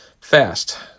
Fast